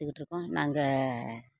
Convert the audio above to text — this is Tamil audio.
பார்த்துகிட்ருக்கோம் நாங்கள்